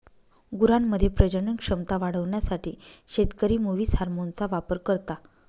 गुरांमध्ये प्रजनन क्षमता वाढवण्यासाठी शेतकरी मुवीस हार्मोनचा वापर करता